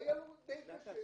והיה לו די קשה,